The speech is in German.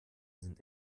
sind